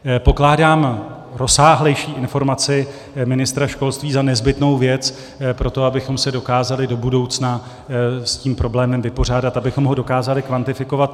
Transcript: Pokládám rozsáhlejší informaci ministra školství za nezbytnou věc pro to, abychom se dokázali do budoucna s tím problémem vypořádat, abychom ho dokázali kvantifikovat.